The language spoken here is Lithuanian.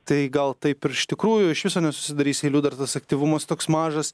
tai gal taip ir iš tikrųjų iš viso nesusidarys eilių dar tas aktyvumas toks mažas